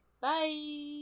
bye